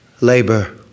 Labor